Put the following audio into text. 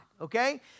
okay